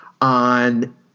on